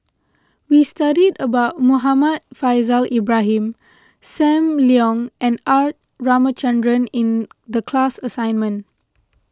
we studied about Muhammad Faishal Ibrahim Sam Leong and R Ramachandran in the class assignment